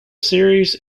series